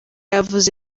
yavuze